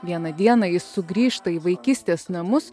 vieną dieną jis sugrįžta į vaikystės namus